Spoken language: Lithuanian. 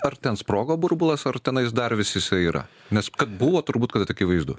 ar ten sprogo burbulas ar tenais dar vis jisai yra nes buvo turbūt kad akivaizdu